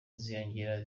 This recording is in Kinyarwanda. ziyongera